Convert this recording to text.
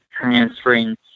transferring